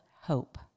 hope